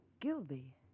Gilby